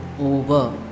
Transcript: over